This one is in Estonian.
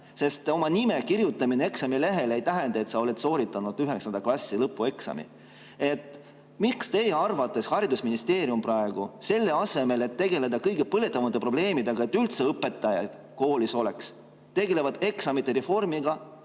sest oma nime kirjutamine eksamilehele ei tähenda, et sa oled sooritanud üheksanda klassi lõpueksami. Miks teie arvates haridusministeerium praegu, selle asemel et tegeleda kõige põletavamate probleemidega, et õpetajaid üldse koolis oleks, tegeleb eksamite reformiga,